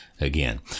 again